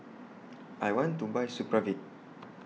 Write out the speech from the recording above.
I want to Buy Supravit